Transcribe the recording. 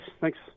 Thanks